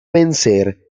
vencer